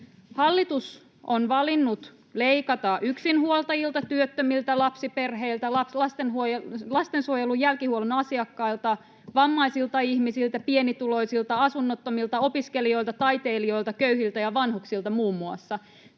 Hallitus on valinnut leikata yksinhuoltajilta, työttömiltä, lapsiperheiltä, lastensuojelun jälkihuollon asiakkailta, vammaisilta ihmisiltä, pienituloisilta, asunnottomilta, opiskelijoilta, taiteilijoilta, köyhiltä ja vanhuksilta muun muassa.